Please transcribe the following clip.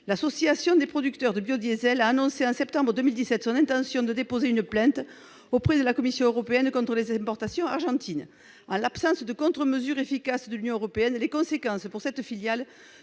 L'Association des producteurs de biodiesel européens a annoncé, en septembre 2017, son intention de déposer une plainte auprès de la Commission européenne contre les importations argentines. En l'absence de contre-mesure efficace de l'Union européenne, les conséquences pour cette filiale